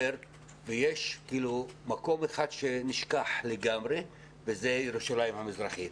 שיש מקום אחד שנשכח לגמרי וזה ירושלים המזרחית.